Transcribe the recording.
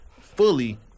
fully